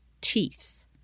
teeth